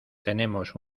tenemos